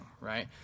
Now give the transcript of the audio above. right